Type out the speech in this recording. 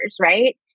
right